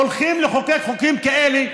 הולכים לחוקק חוקים כאלה,